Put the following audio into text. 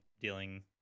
dealing